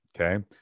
Okay